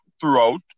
Throughout